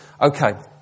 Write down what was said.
Okay